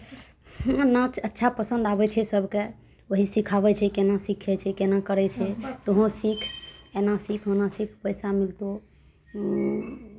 हमरा नाच अच्छा पसन्द आबै छै सभके वही सिखाबै छै केना सीखै छै केना करै छै तोहूँ सीख एना सीख ओना सीख पैसा मिलतौ